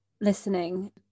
listening